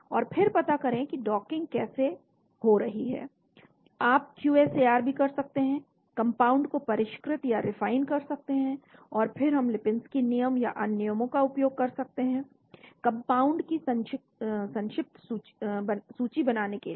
और फिर पता करें कि डॉकिंग कैसे हो रही है आप QSAR भी कर सकते हैं कंपाउंड को परिष्कृत या रिफाइन कर सकते हैं और फिर हम लिपिंस्की नियम और अन्य नियमों का उपयोग कर सकते हैं कंपाउंड की संक्षिप्त सूची बनाने के लिए